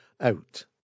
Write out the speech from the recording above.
Out